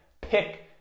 pick